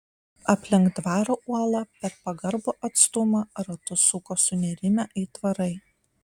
aplink dvaro uolą per pagarbų atstumą ratus suko sunerimę aitvarai